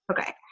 Okay